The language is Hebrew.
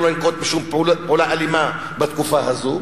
לא לנקוט שום פעולה אלימה בתקופה הזאת.